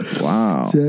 Wow